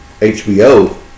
HBO